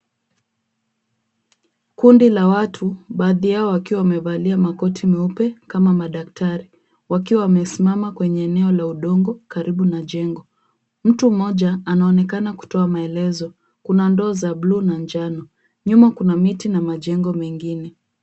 Kundi la watu baadhi yao wakiwa wamevalia makoti meupe kama madaktari wakiwa wamesimama kwenye eneo la udongo karibu na jengo. Mtu mmoja anaonekana kutoa maelezo. Kuna ndoo za blue na manjano. Nyuma kuna miti na majengo mengine.